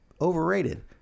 Overrated